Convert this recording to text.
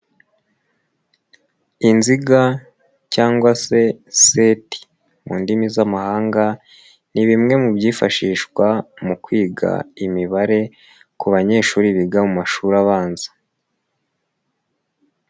Inziga cyangwa se seti mu ndimi z'amahanga ni bimwe mu byifashishwa mu kwiga imibare ku banyeshuri biga mu mashuri abanza.